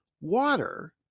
Water